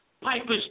Piper's